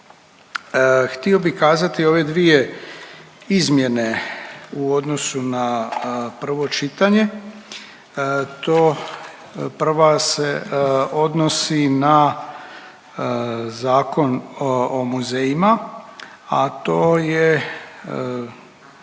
Htio bi kazati ove dvije izmjene u odnosu na prvo čitanje, to prva se odnosi na Zakon o muzejima, a to je